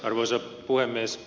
arvoisa puhemies